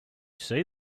see